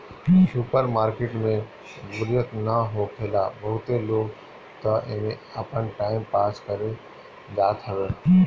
super market में बोरियत ना होखेला बहुते लोग तअ एमे आपन टाइम पास करे जात हवे